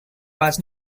was